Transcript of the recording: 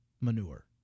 manure